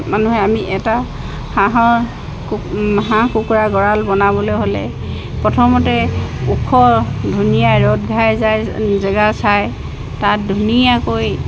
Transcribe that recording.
মানুহে আমি এটা হাঁহৰ হাঁহ কু কুকুৰা গঁৰাল বনাবলৈ হ'লে প্ৰথমতে ওখ ধুনীয়া ৰ'দ ঘাই যায় জেগা চাই তাত ধুনীয়াকৈ